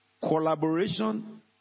collaboration